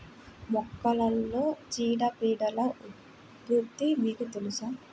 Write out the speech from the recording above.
మొక్కలలో చీడపీడల ఉధృతి మీకు తెలుసా?